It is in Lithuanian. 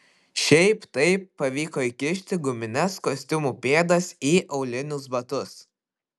šiaip taip pavyko įkišti gumines kostiumų pėdas į aulinius batus